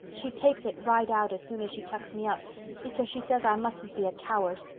she takes it right out as soon as she tucks me up because she says i mustn't be a coward.